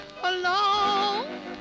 alone